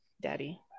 daddy